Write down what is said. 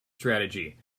strategy